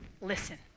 listen